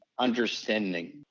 understanding